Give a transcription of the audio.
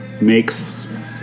makes